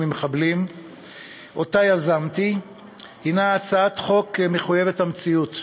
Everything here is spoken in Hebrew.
למחבלים שיזמתי הִנה הצעת חוק מחויבת המציאות.